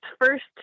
first